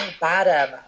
bottom